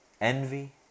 envy